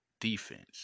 Defense